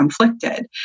conflicted